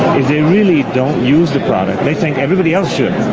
is they really don't use the product. they think everybody else should